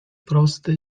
prosty